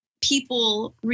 people